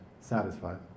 satisfied